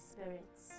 spirits